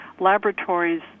laboratories